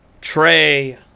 Trey